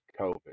COVID